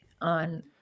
on